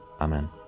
Amen